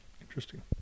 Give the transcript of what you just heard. Interesting